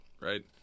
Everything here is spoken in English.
right